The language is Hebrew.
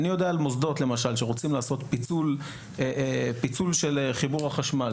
אני יודע על מוסדות למשל שרוצים לעשות פיצול של חיבור החשמל,